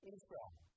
Israel